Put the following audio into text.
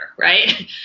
right